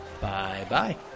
Bye-bye